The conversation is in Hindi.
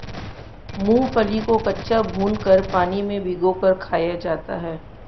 मूंगफली को कच्चा, भूनकर, पानी में भिगोकर खाया जाता है